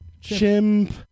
Chimp